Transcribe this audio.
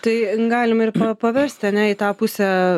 tai galim ir pa pavesti į tą pusę